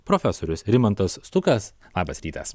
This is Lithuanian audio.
profesorius rimantas stukas labas rytas